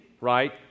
right